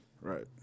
Right